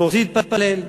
ורוצים להתפלל?